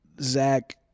Zach –